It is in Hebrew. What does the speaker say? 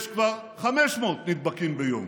יש כבר 500 נדבקים ביום.